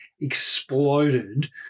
exploded